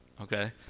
okay